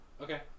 Okay